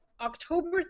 October